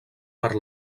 per